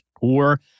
poor